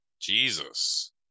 Jesus